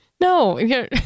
No